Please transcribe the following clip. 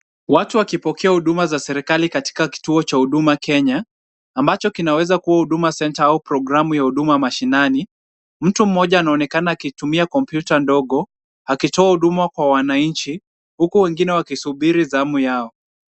Watu wakipokea huduma za serikali katika kituo cha huduma Kenya ambacho kinaweza kuwa huduma center au programu ya huduma mashinani. Mtu mmoja anaonekana akitumia kompyuta ndogo akitoa huduma kwa wananchi huku wengine wakisubiri zamu yao.